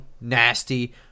nasty